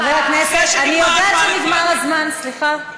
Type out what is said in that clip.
חבר הכנסת, אני יודעת שנגמר הזמן, סליחה.